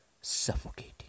suffocating